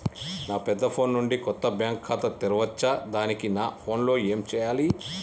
నా పెద్ద ఫోన్ నుండి కొత్త బ్యాంక్ ఖాతా తెరవచ్చా? దానికి నా ఫోన్ లో ఏం చేయాలి?